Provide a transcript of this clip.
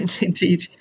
Indeed